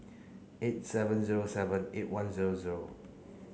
eight seven zero seven eight one zero zero